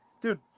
dude